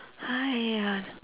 !aiya!